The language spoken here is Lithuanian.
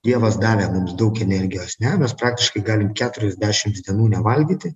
dievas davė mums daug energijos ne mes praktiškai galim keturiasdešims dienų nevalgyti